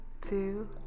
two